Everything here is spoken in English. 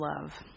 love